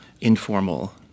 informal